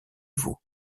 vous